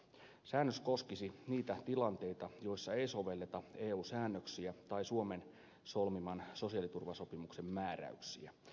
säännös koskisi niitä tilanteita joissa ei sovelleta eu säännöksiä tai suomen solmiman sosiaaliturvasopimuksen määräyksiä